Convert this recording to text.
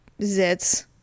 zits